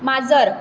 माजर